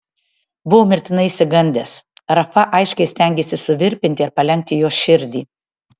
buvo mirtinai išsigandęs rafa aiškiai stengėsi suvirpinti ir palenkti jos širdį